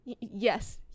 yes